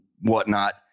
whatnot